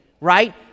Right